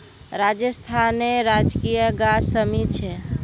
राजस्थानेर राजकीय गाछ शमी छे